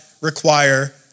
require